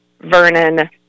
Vernon